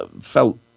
felt